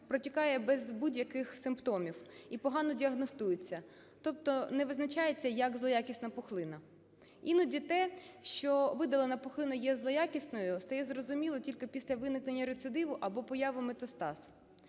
протікає без будь-яких симптомів і погано діагностується, тобто не визначається як злоякісна пухлина. Іноді те, що видалена пухлина є злоякісною, стає зрозуміло тільки після виникнення рецидиву або появи метастаз.